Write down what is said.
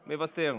מוותר,